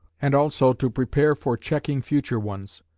and also to prepare for checking future ones.